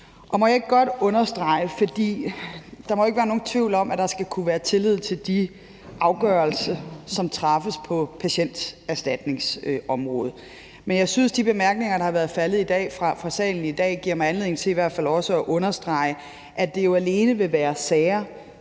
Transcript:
Må jeg ikke godt understrege – for det må der ikke være nogen tvivl om – at der skal kunne være tillid til de afgørelser, som træffes på patienterstatningsområdet? Jeg vil sige, at de bemærkninger, der er faldet i salen i dag, giver mig anledning til også at understrege, at det jo alene vil være sager,